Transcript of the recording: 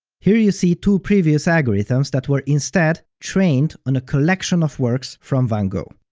here you see two previous algorithms that were instead, trained on a collection of works from van gogh.